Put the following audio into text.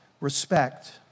respect